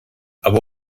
aber